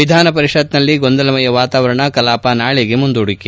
ವಿಧಾನಪರಿಷತ್ನಲ್ಲಿ ಗೊಂದಲಮಯ ವಾತಾವರಣ ಕಲಾಪ ನಾಳೆಗೆ ಮುಂದೂಡಿಕೆ